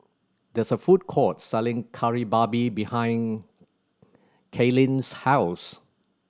there is a food court selling Kari Babi behind Kailyn's house